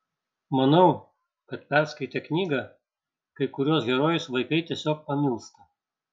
manau kad perskaitę knygą kai kuriuos herojus vaikai tiesiog pamilsta